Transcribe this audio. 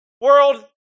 World